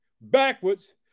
backwards